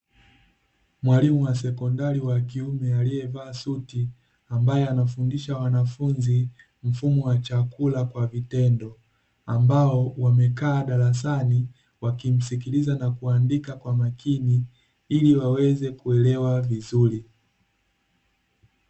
Mwalimu wa sekondari wa kiume aliyevaa suti, ambaye anafundisha wanafunzi mfumo wa chakula kwa vitendo, ambao wamekaa darasani wakimsikiliza na kuandika kwa makini, ili waweze kuelewa vizuri.